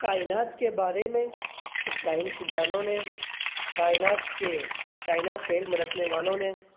کائنات کے بارے میں سائنس دانوں نے کائنات کے کائنات کا علم رکھنے والوں نے